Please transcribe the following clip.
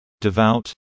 devout